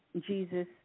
Jesus